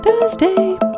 Thursday